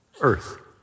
earth